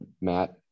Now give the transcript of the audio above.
Matt